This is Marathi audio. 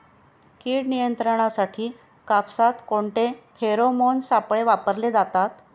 कीड नियंत्रणासाठी कापसात कोणते फेरोमोन सापळे वापरले जातात?